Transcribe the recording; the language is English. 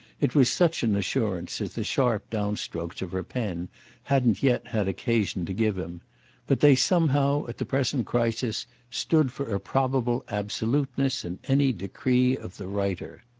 it was such an assurance as the sharp downstrokes of her pen hadn't yet had occasion to give him but they somehow at the present crisis stood for a probable absoluteness in any decree of the writer.